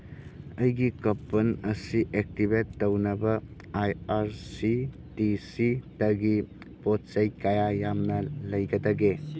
ꯑꯩꯒꯤ ꯀꯄꯟ ꯑꯁꯤ ꯑꯦꯛꯇꯤꯚꯦꯠ ꯇꯧꯅꯕ ꯑꯥꯏ ꯑꯥꯔ ꯁꯤ ꯇꯤ ꯁꯤꯗꯒꯤ ꯄꯣꯠ ꯆꯩ ꯀꯌꯥ ꯌꯥꯝꯅ ꯂꯩꯒꯗꯒꯦ